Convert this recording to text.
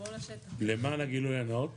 למען הגילוי הנאות